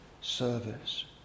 service